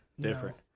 Different